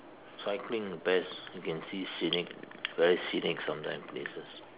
cycling the best you can see scenic very scenic sometime places